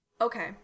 Okay